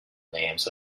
names